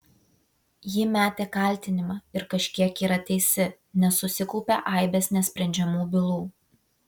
ji metė kaltinimą ir kažkiek yra teisi nes susikaupė aibės nesprendžiamų bylų